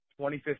2015